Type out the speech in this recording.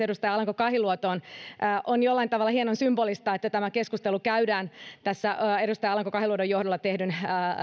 edustaja alanko kahiluotoon on jollain tavalla hienon symbolista että tämä keskustelu käydään edustaja alanko kahiluodon johdolla tehdyn